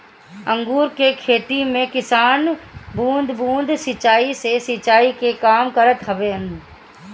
अंगूर के खेती में किसान बूंद बूंद सिंचाई से सिंचाई के काम करत हवन